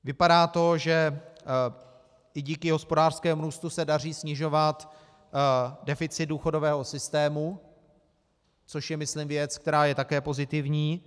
Vypadá to, že i díky hospodářskému růstu se daří snižovat deficit důchodového systému, což je myslím věc, která je také pozitivní.